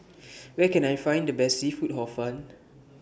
Where Can I Find The Best Seafood Hor Fun